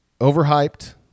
overhyped